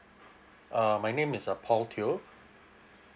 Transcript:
uh my name is uh paul teo